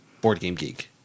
BoardGameGeek